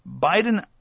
Biden